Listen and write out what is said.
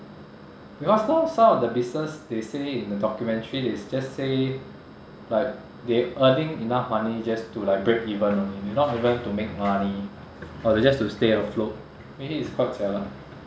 because now some of the business they said it in the documentary it's just say like they earning enough money just to like breakeven only not even to make money or just to stay afloat really it's quite jialat